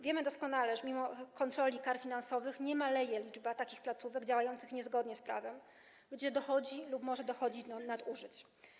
Wiemy doskonale, iż mimo kontroli i kar finansowych nie maleje liczba placówek działających niezgodnie z prawem, gdzie dochodzi lub może dochodzić do nadużyć.